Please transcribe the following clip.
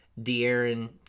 De'Aaron